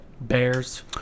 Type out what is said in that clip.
Bears